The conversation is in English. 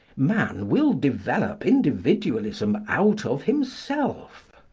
man will develop individualism out of himself.